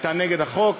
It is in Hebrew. הייתה נגד החוק.